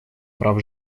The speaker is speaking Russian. прав